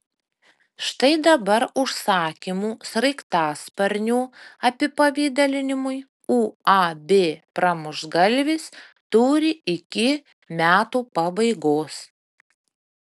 štai dabar užsakymų sraigtasparnių apipavidalinimui uab pramuštgalvis turi iki metų pabaigos